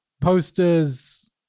posters